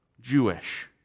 Jewish